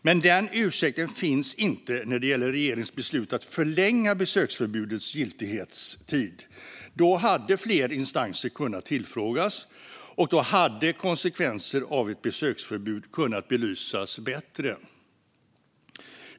Men den ursäkten finns inte när det gäller regeringens beslut att förlänga besöksförbudets giltighetstid. Då hade fler instanser kunnat tillfrågas, och då hade konsekvenserna av ett besöksförbud kunnat belysas bättre.